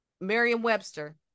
merriam-webster